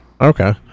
Okay